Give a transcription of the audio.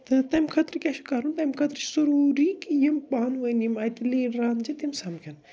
تہٕ تَمہِ خٲطرٕ کیٛاہ چھُ کَرُن تَمہِ خٲطرٕ ضروٗری کہِ یِم پانوٲنۍ یِم اَتہِ لیٖڈران چھِ تِم سمکھٮ۪ن